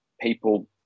people